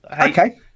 Okay